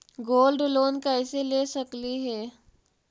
Gold loan कैसे ले सकली हे?